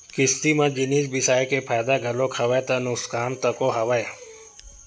किस्ती म जिनिस बिसाय के फायदा घलोक हवय ता नुकसान तको हवय